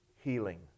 healing